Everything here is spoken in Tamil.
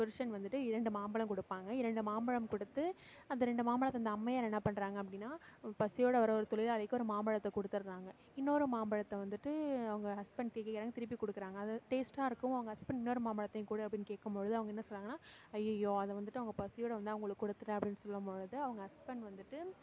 புருஷன் வந்துவிட்டு இரண்டு மாம்பழம் கொடுப்பாங்க இரண்டு மாம்பழம் கொடுத்து அந்த ரெண்டு மாம்பழத்தை அந்த அம்மையார் என்ன பண்ணுறாங்க அப்படினா பசியோடு வர ஒரு தொழிலாளிக்கு ஒரு மாம்பழத்தை கொடுத்தட்றாங்க இன்னொரு மாம்பழத்தை வந்துவிட்டு அவங்க ஹஸ்பண்ட் கேக்கிறாங்க திருப்பி கொடுக்குறாங்க அது டேஸ்ட்டாக இருக்கவும் அவங்க ஹஸ்பண்ட் இன்னொரு மாம்பழத்தையும் கொடு அப்படின்னு கேட்கும்பொழுது அவங்க என்ன சொல்கிறாங்கனா அய்யய்யோ அதை வந்துவிட்டு அவங்க பசியோடு வந்தாங்க அவங்களுக்கு கொடுத்துட்டன் அப்படின்னு சொல்லும்பொழுது அவங்க ஹஸ்பண்ட் வந்துவிட்டு